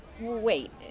Wait